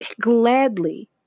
gladly